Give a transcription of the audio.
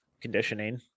conditioning